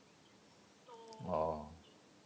oh